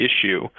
issue